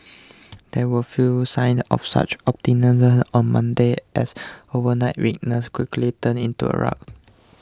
there were few signs of such optimism on Monday as overnight weakness quickly turned into a rout